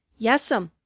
yes'm,